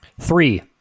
Three